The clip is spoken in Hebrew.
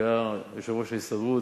שהיה יושב-ראש ההסתדרות.